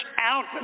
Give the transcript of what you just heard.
out